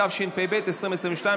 התשפ"ב 2022,